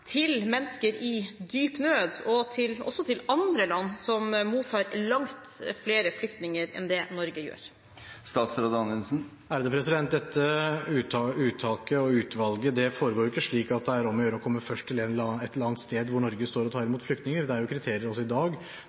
til mennesker i dyp nød, og også til andre land som mottar langt flere flyktninger enn Norge gjør? Dette uttaket og utvalget foregår ikke slik at det er om å gjøre å komme først til et eller annet sted hvor Norge står og tar imot flyktninger. Det er kriterier også i dag